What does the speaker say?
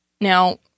Now